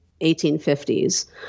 1850s